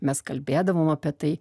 mes kalbėdavom apie tai